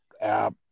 app